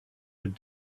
had